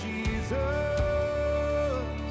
Jesus